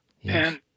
yes